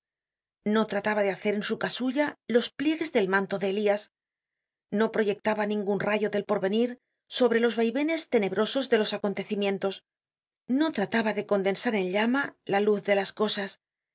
no trataba de hacer en su casulla los pliegues del manto de elias no proyectaba ningun rayo del porvenir sobre los vaivenes tenebrosos de los acontecimientos no trataba de condensar en llama la luz de las cosas